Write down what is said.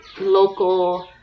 local